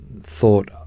thought